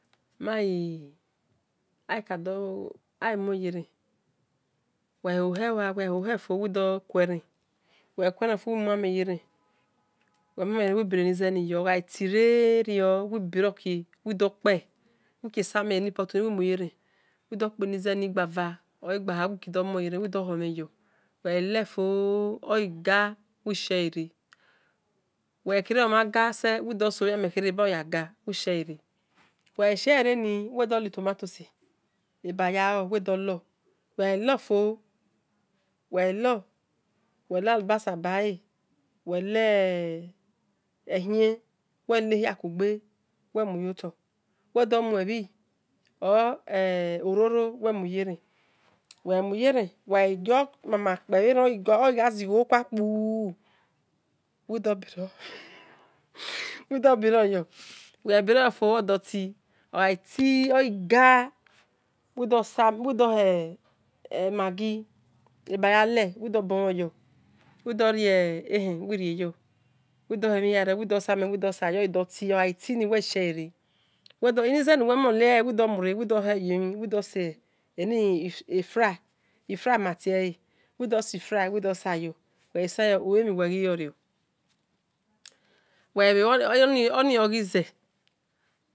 akadomuyara weaouova weaohoifno wedukura wekurafio wediomomiyera weamumiyo webireniizennayo oatiea weberokia wedopa wekiasemi mayeni pot wemoye wedukanize ugava or ugaha wekudumayaran weduhumeyo welefiro oeqaweshre wekidaomaqase wekiadusovomi kareyo oyaqie weshare wereshrani wedole tomatosi abe yaowedule welofio weilo welelibasibaa welewre welehikuqe wemu yoka wedumuser or ororo wemuyara wemuyara weqomamapavro oaziqoqoku u-ui wedubiro weduberoyo webiroyafio oduotie oatie oeqa wedumi maqqi ebayele wedubunyo wedurehie wereyo weduhimi hirere wedusimi wesiyo odutie oaitieni wesheara na izena uwemulen wedumure wedudayemi e fry efry maskies wedusefly ya weaisiyo uami weioro onioqake